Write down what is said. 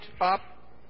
up